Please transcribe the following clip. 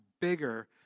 bigger